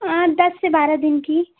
हाँ दस से बारह दिन की